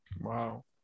Wow